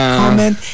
comment